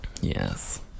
Yes